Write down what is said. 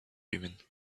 women